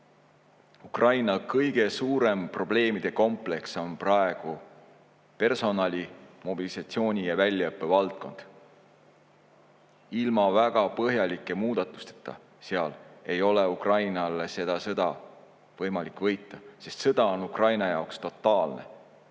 Ukraina kõige suurem probleemide kompleks on praegu seotud personali, mobilisatsiooni ja väljaõppega. Ilma väga põhjalike muudatusteta [nendes asjades] ei ole Ukrainal sõda võimalik võita, sest see sõda on Ukraina jaoks totaalne,